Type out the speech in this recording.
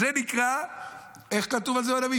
זה נקרא, איך כתוב על זה בנביא?